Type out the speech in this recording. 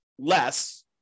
Less